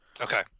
Okay